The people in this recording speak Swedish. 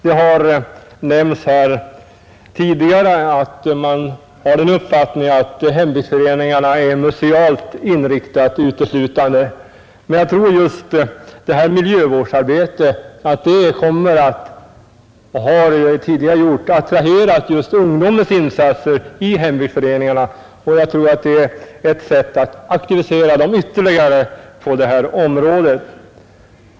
Det har nämnts tidigare här att man har den uppfattningen att hembygdsföreningarna uteslutande är musealt inriktade. Men jag tror att just detta miljövårdsarbete kommer att — liksom det tidigare gjort — attrahera ungdomarna till insatser i hembygdsföreningarna. Det är ett sätt att aktivera dem ytterligare på detta område.